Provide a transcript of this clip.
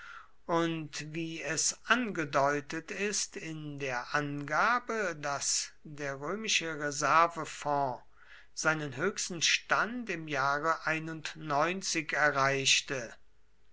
und wie es angedeutet ist in der angabe daß der römische reservefonds seinen höchsten stand im jahre erreichte